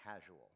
casual